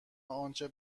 آنچه